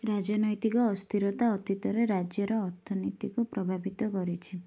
ରାଜନୈତିକ ଅସ୍ଥିରତା ଅତୀତରେ ରାଜ୍ୟର ଅର୍ଥନୀତିକୁ ପ୍ରଭାବିତ କରିଛି